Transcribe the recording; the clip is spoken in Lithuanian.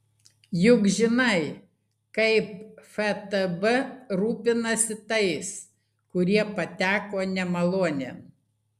juk žinai kaip ftb rūpinasi tais kurie pateko nemalonėn